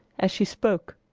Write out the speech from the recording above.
as she spoke.